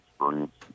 experience